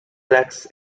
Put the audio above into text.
lacks